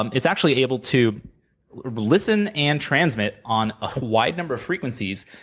um it's actually able to listen and transmit on a wide number of frequencies,